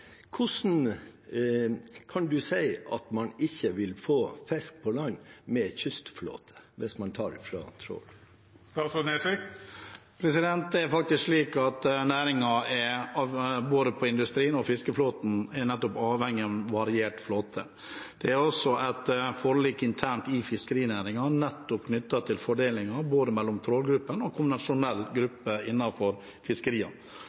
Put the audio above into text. Hvordan kan statsråden si at man ikke vil få fisk på land med kystflåten hvis man tar fra trålerne? Det er slik at næringen – både industrien og fiskeflåten – er avhengig av en variert flåte. Det er også et forlik internt i fiskerinæringen knyttet til fordelingen mellom trålergruppen og konvensjonell